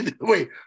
Wait